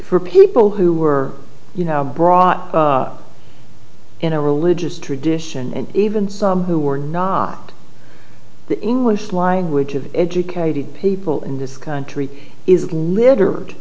for people who were brought up in a religious tradition and even some who are not the english language of educating people in this country is littered